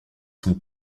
son